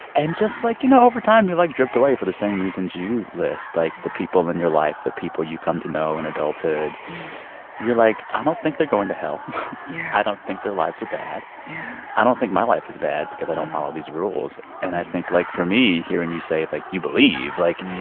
and just, like, you know, over time, you, like, drift away for the same reasons you list. like, the people in your life, the people you come to know in adulthood you're like, i don't think they're going to hell yeah i don't think their lives are bad yeah i don't think my life is bad because i don't follow these rules. and i think like, for me, hearing you say, like, you believe like,